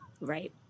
Right